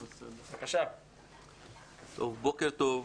בוקר טוב.